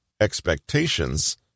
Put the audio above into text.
Expectations